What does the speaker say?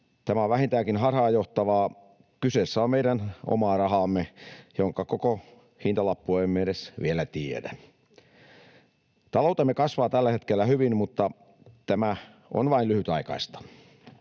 Tämä on vähintäänkin harhaanjohtavaa. Kyseessä on meidän omaa rahaamme, jonka koko hintalappua emme vielä edes tiedä. Taloutemme kasvaa tällä hetkellä hyvin, mutta tämä on vain lyhytaikaista